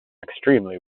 extremely